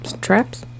traps